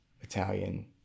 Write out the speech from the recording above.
Italian